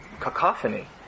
cacophony